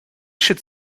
should